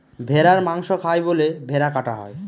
ভেড়ার মাংস খায় বলে ভেড়া কাটা হয়